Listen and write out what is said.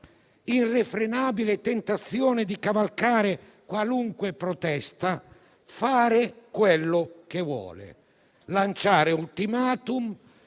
irrefrenabile tentazione di cavalcare qualunque protesta, fare quello che vuole, lanciare *ultimatum*,